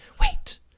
wait